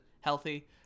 healthy